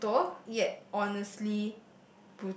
and brutal yet honestly